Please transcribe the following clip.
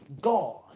God